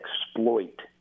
exploit